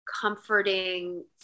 comforting